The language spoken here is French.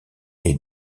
est